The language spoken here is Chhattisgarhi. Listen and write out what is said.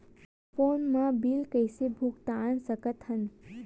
फोन मा बिल कइसे भुक्तान साकत हन?